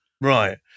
Right